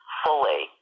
fully